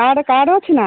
card card ଅଛି ନା